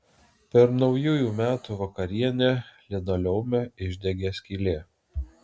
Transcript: per naujųjų metų vakarienę linoleume išdegė skylė